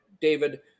David